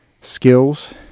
skills